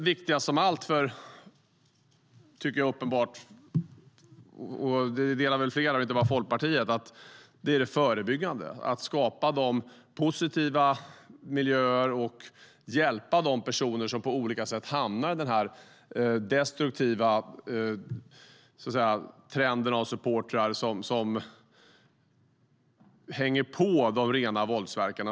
Viktigast av allt, vilket jag tycker är uppenbart och det är det väl inte bara Folkpartiet som tycker, är det förebyggande, att skapa positiva miljöer och hjälpa de personer som på olika sätt hamnar i den destruktiva trenden av supportrar och hänger på de rena våldsverkarna.